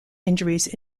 injuries